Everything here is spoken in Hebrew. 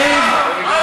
אלה העובדות.